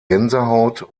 gänsehaut